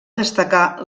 destacar